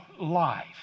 life